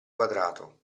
quadrato